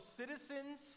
citizens